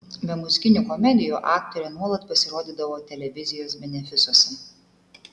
be muzikinių komedijų aktorė nuolat pasirodydavo televizijos benefisuose